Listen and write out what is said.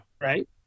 right